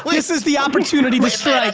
this is the opportunity but